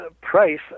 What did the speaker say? price